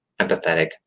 empathetic